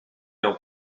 meu